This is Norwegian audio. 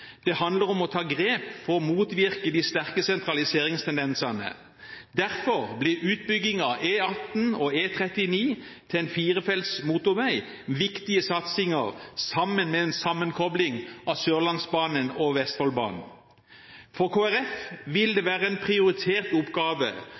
Det handler om å ta grep for å motvirke de sterke sentraliseringstendensene. Derfor blir utbygging av E18 og E39 til en firefelts motorvei viktige satsinger sammen med en sammenkobling av Sørlandsbanen og Vestfoldbanen. For Kristelig Folkeparti vil det